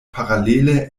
paralele